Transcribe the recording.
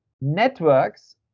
networks